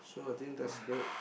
so I think that's good